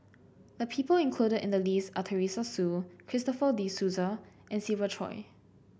the people included in the list are Teresa Hsu Christopher De Souza and Siva Choy